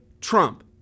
Trump